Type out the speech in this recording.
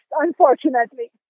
unfortunately